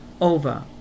over